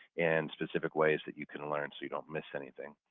and specific ways that you can learn so you don't miss anything.